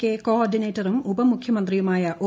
K കോർഡിനേറ്ററും ഉപമുഖ്യമന്ത്രിയുമായ O